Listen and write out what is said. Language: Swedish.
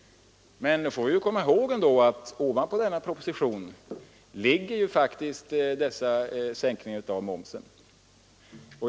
Men då får vi komma ihåg att ovanpå propositionen ligger faktiskt dessa momssänkningar.